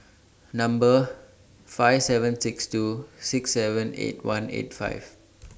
Number five seven six two six seven eight one eight five